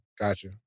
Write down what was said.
Gotcha